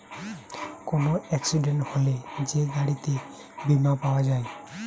কোন এক্সিডেন্ট হলে যে গাড়িতে বীমা পাওয়া যায়